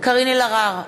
קארין אלהרר,